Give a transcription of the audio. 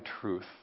truth